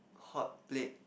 hotplate